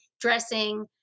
dressing